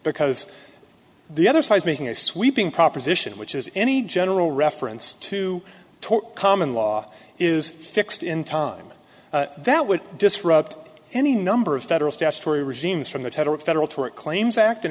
because the other side is making a sweeping proposition which is any general reference to common law is fixed in time that would disrupt any number of federal statutory regimes from the total federal tort claims act